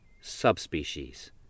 subspecies